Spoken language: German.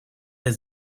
der